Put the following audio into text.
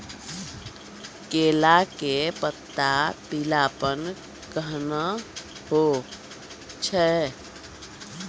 केला के पत्ता पीलापन कहना हो छै?